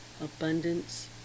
abundance